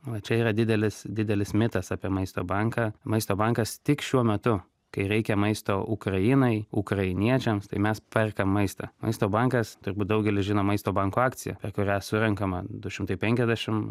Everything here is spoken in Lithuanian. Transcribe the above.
va čia yra didelis didelis mitas apie maisto banką maisto bankas tik šiuo metu kai reikia maisto ukrainai ukrainiečiams tai mes perkam maistą maisto bankas turbūt daugelis žino maisto banko akciją kurią surenkame du šimtai penkiasdešim